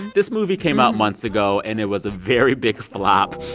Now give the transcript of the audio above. this movie came out months ago, and it was a very big flop.